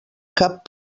cap